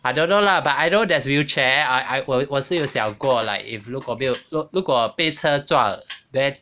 I don't know lah but I know there's wheelchair I I 我是有想过 like if 如果没有如如果被车撞 then